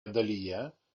dalyje